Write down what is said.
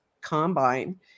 combine